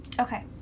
Okay